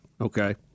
Okay